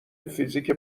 فیزیک